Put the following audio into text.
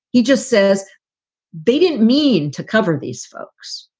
he just says they didn't mean to cover these folks.